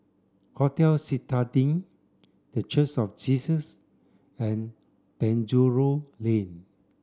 Hotel Citadine The of Jesus and Penjuru Lane